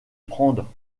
prendre